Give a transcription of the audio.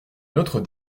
notre